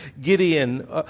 Gideon